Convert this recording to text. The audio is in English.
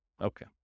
Okay